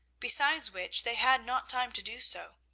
besides which, they had not time to do so.